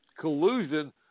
Collusion